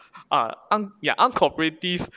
ah un~ ya uncooperative